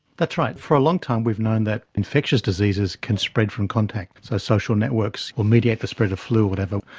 that's right, for a long time we've known that infectious diseases can spread from contact, social networks will mediate the spread of flu or whatever.